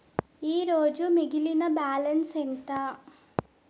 ఈరోజు మిగిలిన బ్యాలెన్స్ ఎంత?